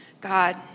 God